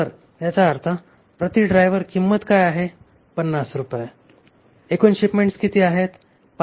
तर याचा अर्थ प्रति ड्रायव्हर किंमत काय आहे 50 रुपये आणि एकूण शिपमेंट्स किती आहेत 5 आहेत